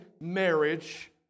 marriage